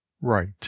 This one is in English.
RIGHT